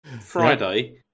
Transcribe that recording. Friday